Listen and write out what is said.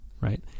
right